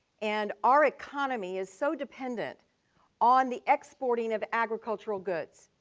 and our economy is so dependent on the exporting of agricultural goods.